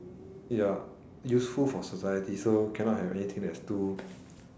ya useful for society so cannot have anything that's too